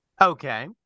Okay